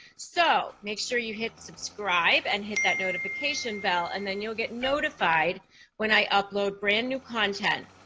so make sure you hit subscribe and hit that notification bell, and then you'll get notified when i upload brand new content.